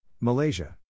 Malaysia